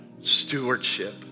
stewardship